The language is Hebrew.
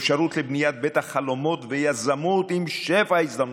אפשרות לבניית בית החלומות ויזמות עם שפע הזדמנויות.